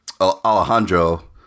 Alejandro